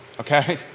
Okay